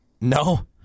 No